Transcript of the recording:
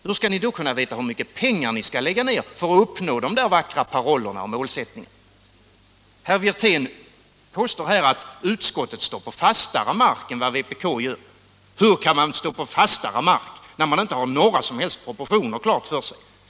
Hur kan ni då veta hur mycket pengar ni skall lägga ner för att förverkliga politiken politiken de vackra parollerna? Herr Wirtén påstår att utskottet står på fastare mark än vpk gör. Hur kan man stå på fastare mark, när man inte har några som helst proportioner klara för sig?